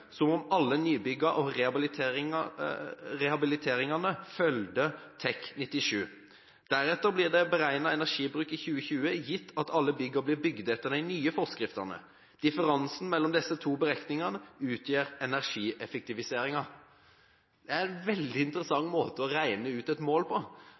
som om alle nybygga og rehabiliteringane følgde TEK 97. Deretter er det berekna energibruk i 2020 gitt at alle bygga blir bygde etter dei nye forskriftene. Differansen mellom desse to berekningane utgjer energieffektiviseringa.» Det er en veldig interessant måte å regne ut et mål på.